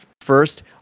first